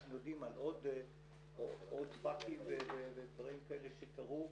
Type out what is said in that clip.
אנחנו יודעים על עוד 'פאקים' ודברים כאלה שקרו.